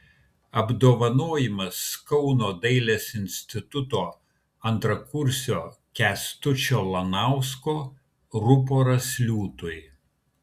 apdovanojimas kauno dailės instituto antrakursio kęstučio lanausko ruporas liūtui